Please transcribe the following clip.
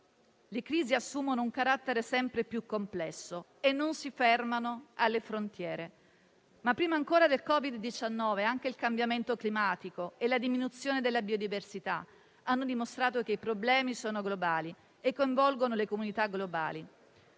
le crisi assumono un carattere sempre più complesso e non si fermano alle frontiere, ma prima ancora del Covid-19 anche il cambiamento climatico e la diminuzione della biodiversità hanno dimostrato che i problemi sono globali e coinvolgono le comunità globali.